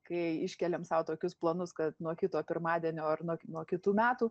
kai iškeliam sau tokius planus kad nuo kito pirmadienio ar nuo nuo kitų metų